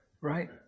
Right